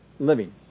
living